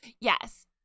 Yes